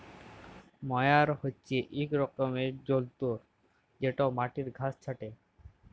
ময়ার হছে ইক রকমের যল্তর যেটতে মাটির ঘাঁস ছাঁটে